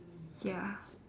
ya